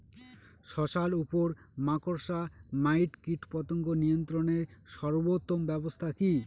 শশার উপর মাকড়সা মাইট কীটপতঙ্গ নিয়ন্ত্রণের সর্বোত্তম ব্যবস্থা কি?